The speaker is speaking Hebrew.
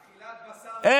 אכילת בשר מעלה את יוקר המחיה.